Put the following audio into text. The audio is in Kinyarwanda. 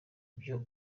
byo